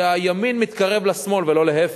הימין מתקרב לשמאל ולא להיפך.